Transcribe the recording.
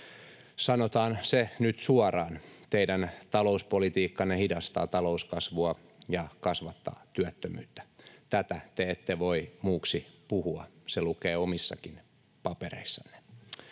Sanotaan se nyt suoraan: teidän talouspolitiikkanne hidastaa talouskasvua ja kasvattaa työttömyyttä. Tätä te ette voi muuksi puhua, se lukee omissakin papereissanne.